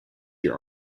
your